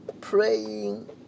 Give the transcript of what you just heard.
praying